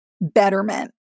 Betterment